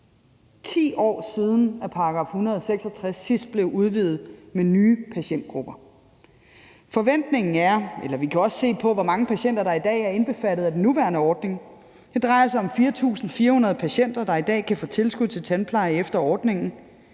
10 år siden, at § 166 sidst blev udvidet med nye patientgrupper. Vi kan se på, hvor mange patienter der i dag er indbefattet af den nuværende ordning. Det drejer sig om 4.400 patienter, der i dag kan få tilskud til tandpleje efter ordningen.